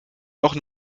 doch